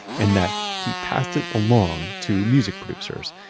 and that he passed it along to music producers.